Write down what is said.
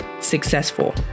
successful